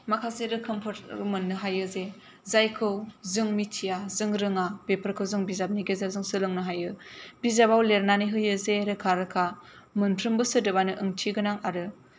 माखासे रोखोमफोर मोननो हायो जे जायखौ जों मिन्थिया जों रोङा बेफोरखौ जों बिजाबनि गेजेरजों सोलोंनो हायो बिजाबाव लिरनानै होयो जे रोखा रोखा मोनफ्रोमबो सोदोबानो ओंथि गोनां आरो